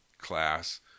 class